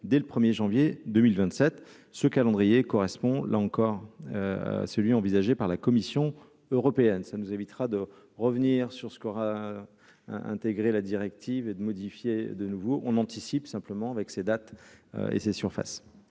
dès le 1er janvier 2027 ce calendrier correspond là encore. Celui envisagé par la Commission européenne, ça nous évitera de revenir sur ce qu'aura intégré la directive et de modifier de nouveau on anticipe simplement avec ces dates et ces surfaces